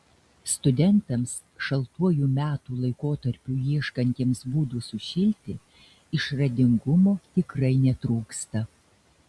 studentams šaltuoju metų laikotarpiu ieškantiems būdų sušilti išradingumo tikrai netrūksta